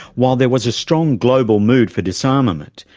while there was a strong global mood for disarmament,